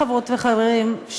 חברות וחברים,